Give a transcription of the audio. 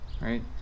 Right